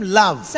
love